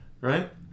Right